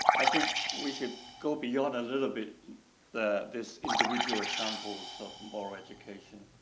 i think we should go beyond a little bit the this individual examples of moral education.